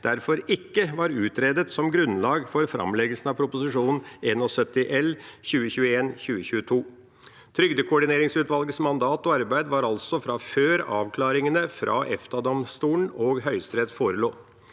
derfor ikke var utredet som grunnlag for framleggelsen av Prop. 71 L for 2021–2022. Trygdekoordineringsutvalgets mandat og arbeid var altså fra før avklaringene fra EFTA-domstolen og Høyesterett forelå.